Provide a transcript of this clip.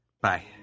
Bye